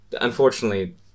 Unfortunately